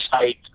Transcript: site